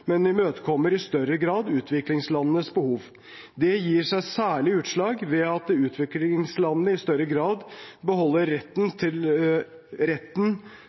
men imøtekommer i større grad utviklingslandenes behov. Det gir seg særlig utslag ved at utviklingslandene i større grad beholder retten til